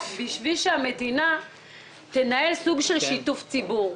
בשביל שהמדינה תנהל סוג של שיתוף הציבור.